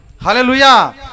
Hallelujah